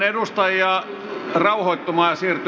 äänestyksen tulos luetaan